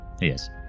Yes